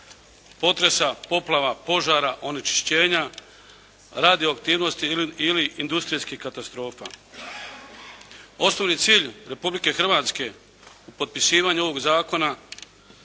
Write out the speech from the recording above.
potresa, poplava, požara, onečišćenja, radioaktivnosti ili industrijskih katastrofa. Osnovni cilj Republike Hrvatske u potpisivanju ovog Zakona